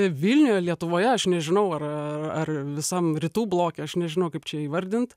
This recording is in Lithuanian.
vilniuje lietuvoje aš nežinau ar ar ar visam rytų bloke aš nežinau kaip čia įvardint